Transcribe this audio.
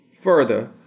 Further